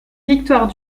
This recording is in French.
victoire